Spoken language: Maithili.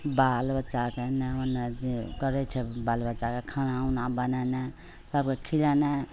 बाल बच्चाकेँ एन्ने ओन्ने करै छै बाल बच्चाके खाना उना बनेनाइ सभकेँ खुएनाइ